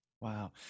Wow